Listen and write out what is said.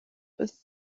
with